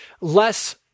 less